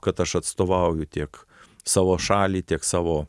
kad aš atstovauju tiek savo šaliai tiek savo